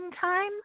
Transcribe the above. time